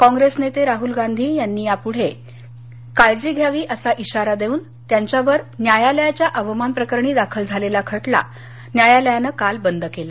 काँग्रेस नेते राहल गांधी यांना यापूढे काळजी घ्या असा इशारा देऊन त्यांच्यावर न्यायालयाच्या अवमान प्रकरणी दाखल झालेला खटला न्यायालयानं काल बंद केला